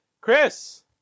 Chris